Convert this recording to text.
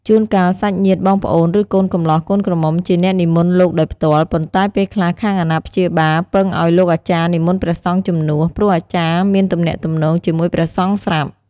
ជួនកាលសាច់ញាតិបងប្អូនឬកូនកម្លោះកូនក្រមុំជាអ្នកនិមន្តលោកដោយផ្ទាល់ ប៉ុន្តែពេលខ្លះខាងអាណាព្យាបាលពឹងឱ្យលោកអាចារ្យនិមន្តព្រះសង្ឃជំនួស ព្រោះអាចារ្យមានទំនាក់ទំនងជាមួយព្រះសង្ឃស្រាប់។